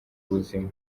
ubuzima